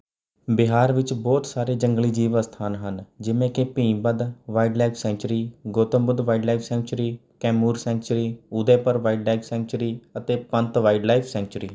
ਬਿਹਾਰ ਵਿੱਚ ਬਹੁਤ ਸਾਰੇ ਜੰਗਲੀ ਜੀਵ ਅਸਥਾਨ ਹਨ ਜਿਵੇਂ ਕਿ Bhimbandh wildlife sanctuary Gautam Buddha wildlife sanctuary Kaimur sanctuary Udaipur wildlife sanctuary ਅਤੇ ਪੰਤ ਵਾਈਲਡਲਾਈਫ ਸੈਂਚੂਰੀ